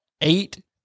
eight